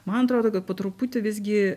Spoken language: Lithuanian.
man atrodo kad po truputį visgi